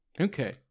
Okay